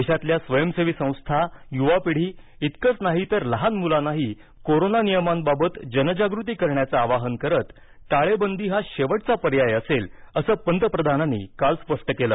देशातल्या स्वयंसेवी संस्था युवा पिढी इतकंच नाही तर लहान मुलांनाही कोरोना नियमांबाबत जनजागृती करण्याचं आवाहन करत टाळेबंदी हा शेवटचा पर्याय असेल असं पंतप्रधानांनी काल स्पष्ट केलं